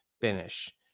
finish